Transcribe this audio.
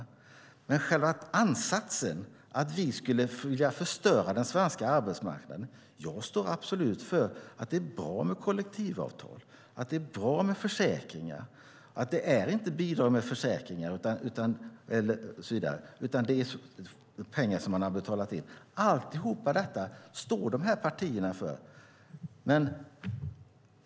Men det gäller själva ansatsen att vi skulle vilja förstöra svenska arbetsmarknaden. Jag står absolut för att det är bra med kollektivavtal och försäkringar. Försäkringar är inte bidrag, och så vidare, utan det är pengar som man har betalat in. Alltihop detta står dessa partier för.